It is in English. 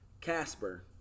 Casper